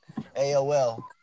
AOL